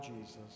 Jesus